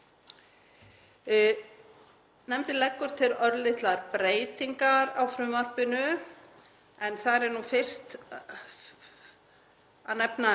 Nefndin leggur til örlitlar breytingar á frumvarpinu. Þar er fyrst að nefna